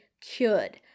cured